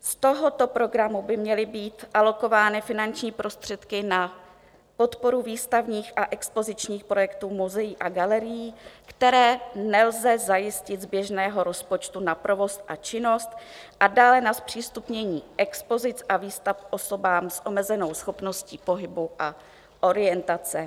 Z tohoto programu by měly být alokovány finanční prostředky na podporu výstavních a expozičních projektů muzeí a galerií, které nelze zajistit z běžného rozpočtu na provoz a činnost, a dále na zpřístupnění expozic a výstav osobám s omezenou schopností pohybu a orientace.